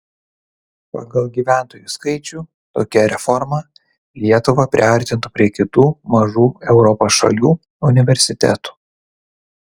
pagal gyventojų skaičių tokia reforma lietuvą priartintų prie kitų mažų europos šalių universitetų